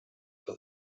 for